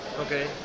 Okay